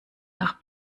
nach